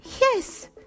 Yes